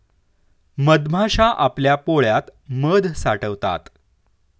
मधमाश्या आपल्या पोळ्यात मध साठवतात